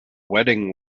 wedding